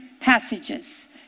passages